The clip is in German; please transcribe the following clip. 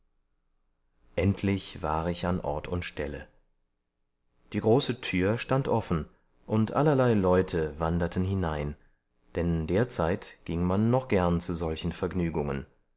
endlich war ich an ort und stelle die große tür stand offen und allerlei leute wanderten hinein denn derzeit ging man noch gern zu solchen vergnügungen